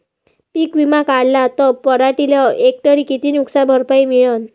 पीक विमा काढला त पराटीले हेक्टरी किती नुकसान भरपाई मिळीनं?